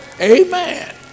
amen